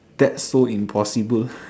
that so impossible